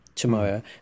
tomorrow